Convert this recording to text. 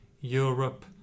Europe